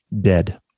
dead